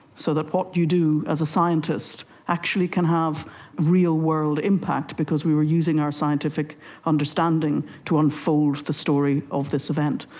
so that what you do as a scientist actually can have real-world impact because we were using our scientific understanding to unfold the story of this event.